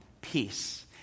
peace